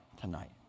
tonight